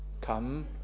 Come